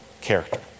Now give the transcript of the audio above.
character